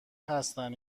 هستن